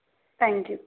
thank you